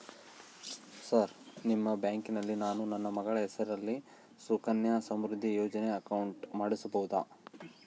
Sir ನಿಮ್ಮ ಬ್ಯಾಂಕಿನಲ್ಲಿ ನಾನು ನನ್ನ ಮಗಳ ಹೆಸರಲ್ಲಿ ಸುಕನ್ಯಾ ಸಮೃದ್ಧಿ ಯೋಜನೆ ಅಕೌಂಟ್ ಮಾಡಿಸಬಹುದಾ?